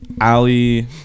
Ali